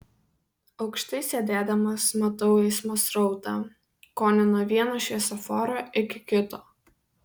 aukštai sėdėdamas matau eismo srautą kone nuo vieno šviesoforo iki kito